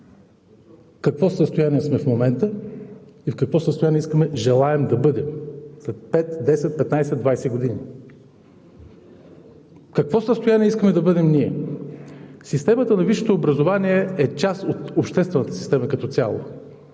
какво състояние сме в момента и в какво състояние желаем да бъдем след 5, 10, 15, 20 години. В какво състояние искаме да бъдем ние? Системата на висшето образование е част от обществената система като цяло.